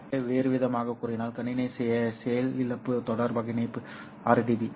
எனவே வேறுவிதமாகக் கூறினால் கணினி செயலிழப்பு தொடர்பாக இணைப்பு 6 dB